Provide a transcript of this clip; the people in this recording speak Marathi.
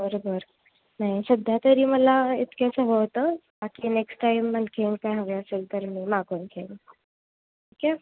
बरोबर नाही सध्या तरी मला इतकेच होतं बाकी नेक्स्ट टाईम म्हंटलं काय हवे असेल तर मी मागून घेऊन ठीक आहे